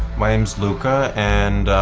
my name's luca and